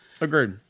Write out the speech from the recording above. Agreed